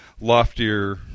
loftier